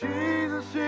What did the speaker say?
Jesus